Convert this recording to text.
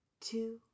two